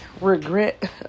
regret